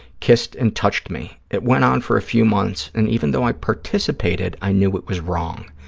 kissed and touched me. it went on for a few months, and even though i participated i knew it was wrong.